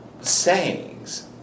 sayings